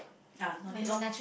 ah no need lor